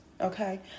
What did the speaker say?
okay